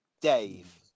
Dave